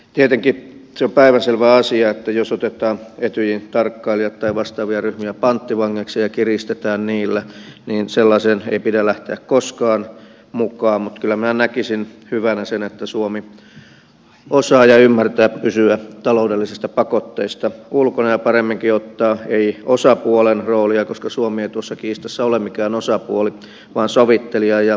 tietenkin on päivänselvä asia että jos otetaan etyjin tarkkailijat tai vastaavia ryhmiä panttivangeiksi ja kiristetään niillä sellaiseen ei pidä lähteä koskaan mukaan mutta kyllä minä näkisin hyvänä sen että suomi osaa ja ymmärtää pysyä taloudellisista pakotteista ulkona eikä ota osapuolen roolia koska suomi ei tuossa kiistassa ole mikään osapuoli vaan sovittelijan ja rauhanrakentajan roolin